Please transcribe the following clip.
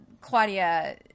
Claudia